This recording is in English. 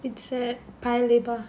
it's at paya lebar